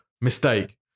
mistake